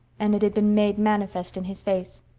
and it had been made manifest in his face.